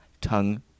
Tongue